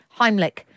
Heimlich